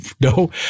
No